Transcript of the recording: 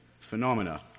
phenomena